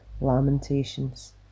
lamentations